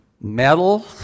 metal